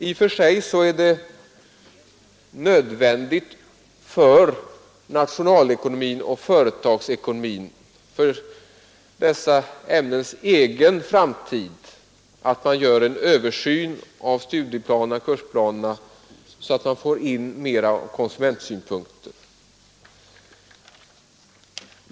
I och för sig är det nödvändigt för nationalekonomins och företagsekonomins egen framtid att man gör en översyn av kursplanerna så att man får in mera av konsumentsynpunkter.